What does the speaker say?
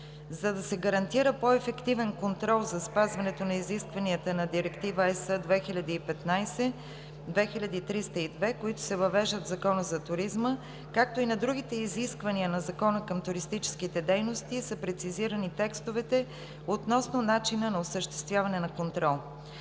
За да се гарантира по-ефективен контрол за спазването на изискванията на Директива (ЕС) 2015/2302, които се въвеждат в Закона за туризма, както и на другите изисквания на Закона към туристическите дейности, са прецизирани текстовете относно начина на осъществяване на контрол.